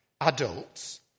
adults